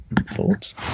thoughts